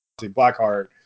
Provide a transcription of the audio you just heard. Blackheart